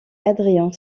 adrian